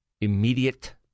immediate